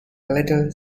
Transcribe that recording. little